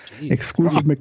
Exclusive